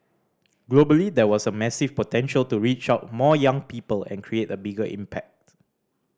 globally there was a massive potential to reach out more young people and create a bigger impact